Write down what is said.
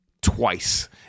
Twice